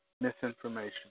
misinformation